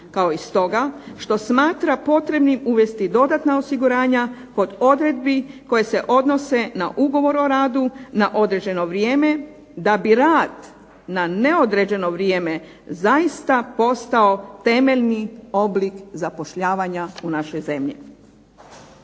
Kao i stoga što smatra potrebnim uvesti i dodatna osiguranja kod odredbi koje se odnose na Ugovor o radu na određeno vrijeme, da bi rad na neodređeno vrijeme zaista postao temeljni oblik zapošljavanja u našoj zemlji.